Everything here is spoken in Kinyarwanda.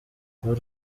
col